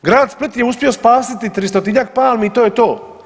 Grad Split je uspio spasiti 300-njak palmi i to je to.